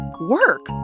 work